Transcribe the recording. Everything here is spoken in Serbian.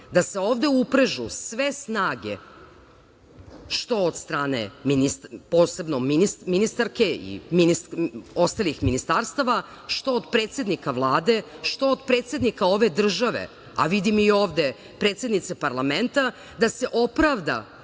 da se ovde uprežu sve snage, što od strane posebno ministarke i ostalih ministarstava, što od predsednika Vlade, što od predsednika ove države, a vidim i ovde predsednice parlamenta, da se opravda